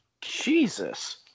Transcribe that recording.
Jesus